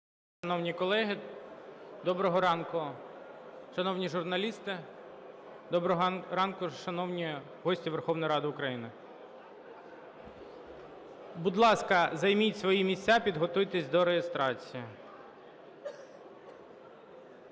Доброго ранку, шановні журналісти! Доброго ранку, шановні гості Верховної Ради України! Будь ласка, займіть свої місця, підготуйтесь до реєстрації.